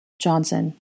Johnson